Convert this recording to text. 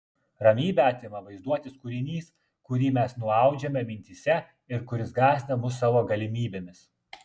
ramybę atima vaizduotės kūrinys kurį mes nuaudžiame mintyse ir kuris gąsdina mus savo galimybėmis